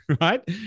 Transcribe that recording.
Right